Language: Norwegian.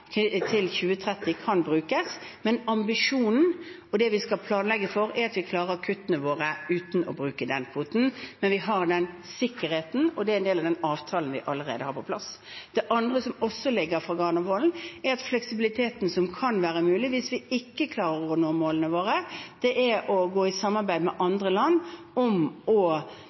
til 2030, kan brukes. Ambisjonen og det vi skal planlegge for, er at vi klarer kuttene våre uten å bruke den kvoten, men vi har den sikkerheten, og det er en del av den avtalen vi allerede har på plass. Det andre som også ligger fra Granavolden, er fleksibiliteten som kan være mulig hvis vi ikke klarer å nå målene våre, å gå i samarbeid med andre land om å